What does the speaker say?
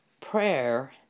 prayer